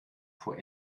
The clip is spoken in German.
vor